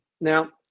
Now